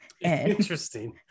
interesting